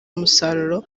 umusaruro